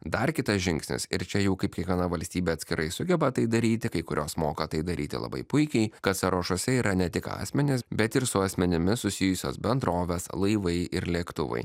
dar kitas žingsnis ir čia jau kaip kiekviena valstybė atskirai sugeba tai daryti kai kurios moka tai daryti labai puikiai kad sąrašuose yra ne tik asmenys bet ir su asmenimis susijusios bendrovės laivai ir lėktuvai